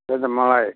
त्यही त मलाई